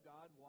God